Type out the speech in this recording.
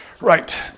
Right